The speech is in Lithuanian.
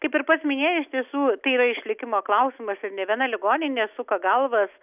kaip ir pats minėjai iš tiesų tai yra išlikimo klausimas ir nė viena ligoninė suka galvas